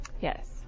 Yes